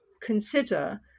consider